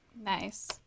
Nice